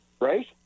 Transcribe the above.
right